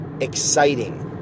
exciting